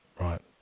right